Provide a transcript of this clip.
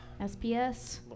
SPS